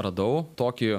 radau tokį